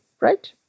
right